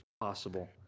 possible